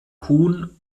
kuhn